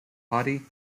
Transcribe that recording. haughty